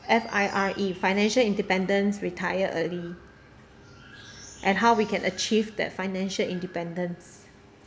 F_I_R_E financial independence retire early and how we can achieve that financial independence